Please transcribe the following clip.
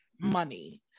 money